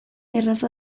erraza